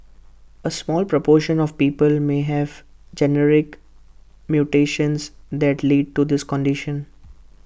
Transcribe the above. A small proportion of people may have genetic mutations that lead to this condition